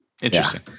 Interesting